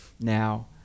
now